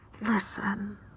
Listen